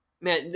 man